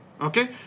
Okay